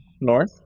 north